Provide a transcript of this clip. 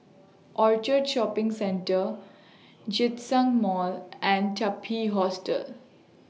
Orchard Shopping Centre Djitsun Mall and Taipei Hotel